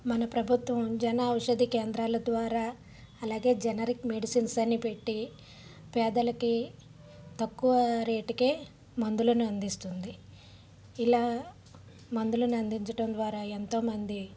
మన ప్రభుత్వం జన ఔషధీ కేంద్రాలు ద్వారా అలాగే జనరిక్ మెడిసిన్స్ అని పెట్టి పేదలకు తక్కువ రేటుకే మందులని అందిస్తుంది ఇలా మందులని అందించడం ద్వారా ఎంతోమంది